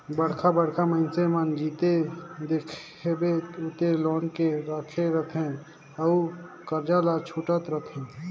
बड़का बड़का मइनसे मन जिते देखबे उते लोन लेके राखे रहथे अउ करजा ल छूटत रहथे